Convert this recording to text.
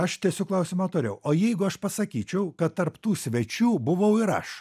aš tęsiu klausimą toliau o jeigu aš pasakyčiau kad tarp tų svečių buvau ir aš